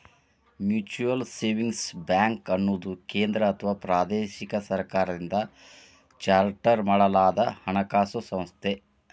mutual savings ಬ್ಯಾಂಕ್ಅನ್ನುದು ಕೇಂದ್ರ ಅಥವಾ ಪ್ರಾದೇಶಿಕ ಸರ್ಕಾರದಿಂದ ಚಾರ್ಟರ್ ಮಾಡಲಾದಹಣಕಾಸು ಸಂಸ್ಥೆ